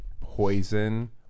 poison